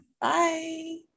Bye